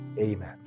Amen